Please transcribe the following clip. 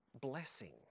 blessing